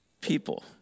people